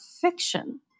fiction